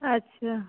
अच्छा